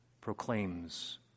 proclaims